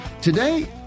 Today